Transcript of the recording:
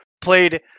played